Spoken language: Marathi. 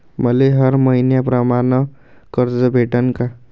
मले हर मईन्याप्रमाणं कर्ज भेटन का?